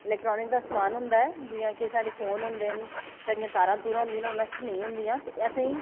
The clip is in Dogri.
इलैक्ट्रानिक दा समान होंदा ऐ जि'यां के साढ़े फोन होंदे न साढ़ियां तारां तूरां होंदियां न ओह् नश्ट नेईं हुंदियां ते असें ई